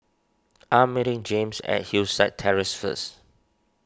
I am meeting James at Hillside Terrace first